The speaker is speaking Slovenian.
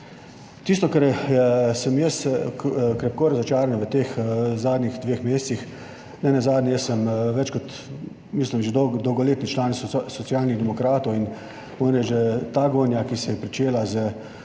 Tisto, kar sem jaz krepko razočaran v teh zadnjih dveh mesecih, nenazadnje, jaz sem več kot, mislim, že dolgoletni član Socialnih demokratov in moram reči, da je ta gonja, ki se je pričela s